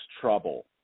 trouble